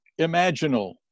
imaginal